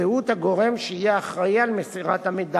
זהות הגורם שיהיה אחראי למסירת המידע